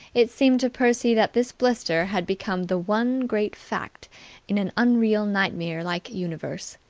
it seemed to percy that this blister had become the one great fact in an unreal nightmare-like universe.